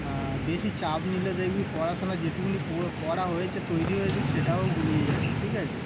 আর বেশি চাপ নিলে দেখবি পড়াশোনা যেটুকুনি পড়া হয়েছে তৈরি হয়েছে সেটাও গুলিয়ে যাচ্ছে ঠিক আচে